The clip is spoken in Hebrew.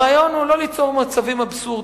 הרעיון הוא לא ליצור מצבים אבסורדיים,